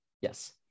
Yes